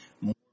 more